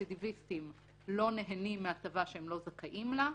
הרצידיוויסטים לא נהנים מהטבה שהם לא זכאים לה,